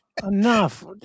enough